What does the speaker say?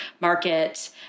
market